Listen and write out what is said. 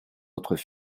autres